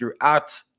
throughout